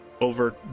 over